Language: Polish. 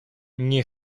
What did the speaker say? nie